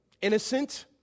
innocent